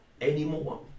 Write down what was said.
anymore